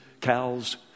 cows